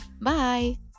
Bye